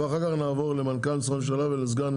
ואחר כך נבוא למנכ"ל משרד ראש הממשלה ולסגן.